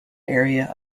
area